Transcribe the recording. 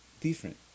different